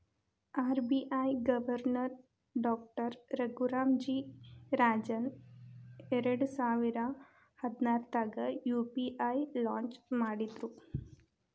RBI governor doctor Raghuram G Rajan ಎರಡಸಾವಿರ ಹದ್ನಾರಾಗ UPI launch ಮಾಡಿದ್ರು